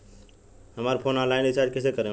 हमार phone online recharge कईसे करेम?